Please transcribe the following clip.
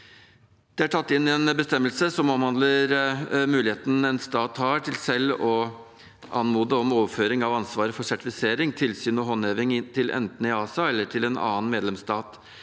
Det er tatt inn en bestemmelse som omhandler muligheten en stat har til selv å anmode om overføring av ansvaret for sertifisering, tilsyn og håndheving til enten EASA eller til en annen medlemsstat.